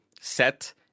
set